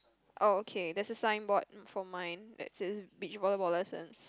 oh okay there's a signboard um for mine that says beach volleyball lessons